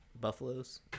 buffaloes